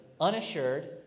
unassured